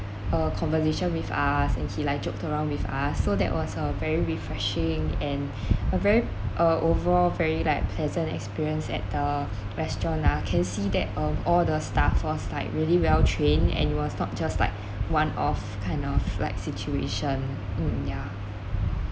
uh conversation with us and he like joked around with us so that was a very refreshing and a very uh overall very like pleasant experience at the restaurant ah can see that uh all the staff was like really well trained and it was not just like one off kind of like situation mm yeah